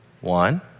One